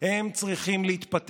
אני לא אומר שלא, אבל ראו זה פלא: